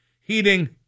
heating